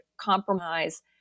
compromise